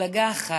מפלגה אחת,